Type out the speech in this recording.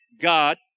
God